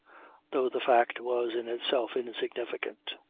though the fact was in itself insignificant.